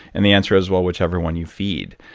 and the answer is, well, whichever one you feed.